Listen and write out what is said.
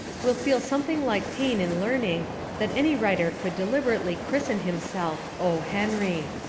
will feel something like pain in learning that any writer could deliberately christen himself o. henry.